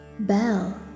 Bell